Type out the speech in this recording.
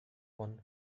one